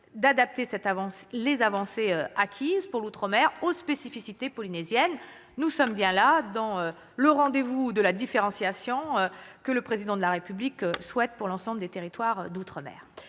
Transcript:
d'adapter les avancées acquises pour l'outre-mer aux spécificités polynésiennes. Nous sommes bien au rendez-vous de la différenciation que le Président de la République appelle de ses voeux pour l'ensemble des territoires d'outre-mer